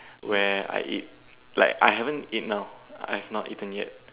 where I eat like I haven't eat now I've not eaten yet